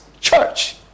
church